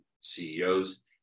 CEOs